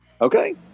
Okay